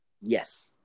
Yes